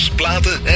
platen